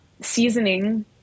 seasoning